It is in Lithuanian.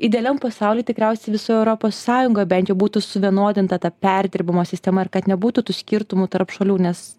idealiam pasauly tikriausiai visoj europos sąjungoj bent jau būtų suvienodinta ta perdirbimo sistema ir kad nebūtų tų skirtumų tarp šalių nes